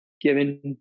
given